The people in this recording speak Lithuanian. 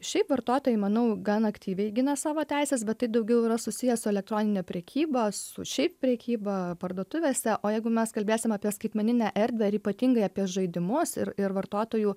šiaip vartotojai manau gan aktyviai gina savo teises bet tai daugiau yra susiję su elektronine prekyba su šiaip prekyba parduotuvėse o jeigu mes kalbėsim apie skaitmeninę erdvę ir ypatingai apie žaidimus ir ir vartotojų